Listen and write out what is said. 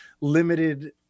limited